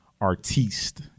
artiste